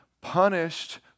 punished